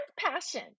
passion